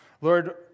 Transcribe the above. Lord